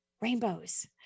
rainbows